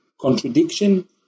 contradiction